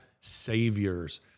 saviors